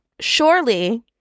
Surely